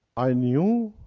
i knew